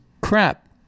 crap